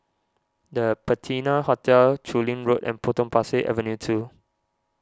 the Patina Hotel Chu Lin Road and Potong Pasir Avenue two